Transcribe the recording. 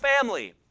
family